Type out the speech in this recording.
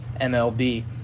MLB